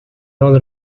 all